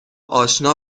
آشنا